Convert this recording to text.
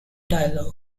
dialogue